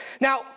Now